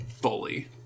bully